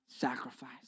sacrifice